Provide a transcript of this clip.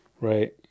right